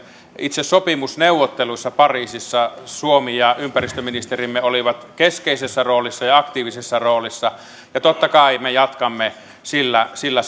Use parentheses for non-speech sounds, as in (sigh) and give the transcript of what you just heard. itse sopimusneuvotteluissa pariisissa suomi ja ympäristöministerimme olivat keskeisessä roolissa ja aktiivisessa roolissa ja totta kai me jatkamme sillä sillä (unintelligible)